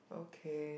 okay